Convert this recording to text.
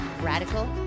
radical